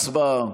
הצבעה.